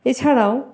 এছাড়াও